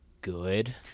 good